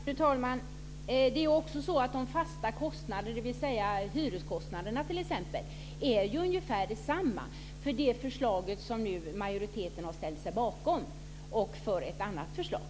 Fru talman! Det är också så att de fasta kostnaderna, t.ex. hyreskostnaderna, är ungefär desamma avseende det förslag som majoriteten nu ställt sig bakom och ett annat förslag.